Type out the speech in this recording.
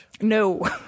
No